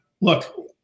look